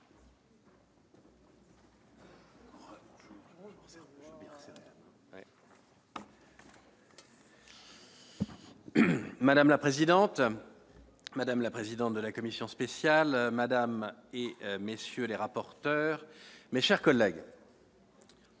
monsieur le ministre, madame la présidente de la commission spéciale, madame, messieurs les rapporteurs, mes chers collègues,